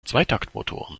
zweitaktmotoren